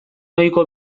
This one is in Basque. ohiko